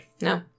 No